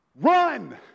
Run